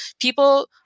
People